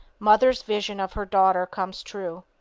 mother's vision of her daughter comes true.